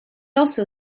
also